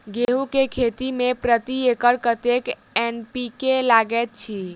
गेंहूँ केँ खेती मे प्रति एकड़ कतेक एन.पी.के लागैत अछि?